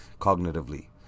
cognitively